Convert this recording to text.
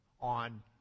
on